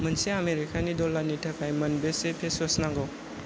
मोनसे आमेरिकानि डलारनि थाखाय मोनबेसे पेसस नांगौ